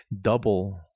double